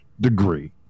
degree